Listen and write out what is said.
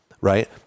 right